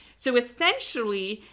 so essentially,